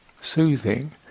soothing